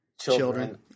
children